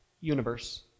Universe